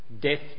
Death